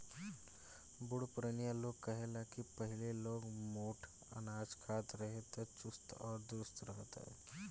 बुढ़ पुरानिया लोग कहे ला की पहिले लोग मोट अनाज खात रहे एही से चुस्त आ दुरुस्त रहत रहे